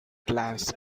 class